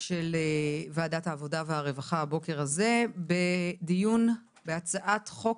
של ועדת העבודה והרווחה הבוקר הזה בדיון בהצעת חוק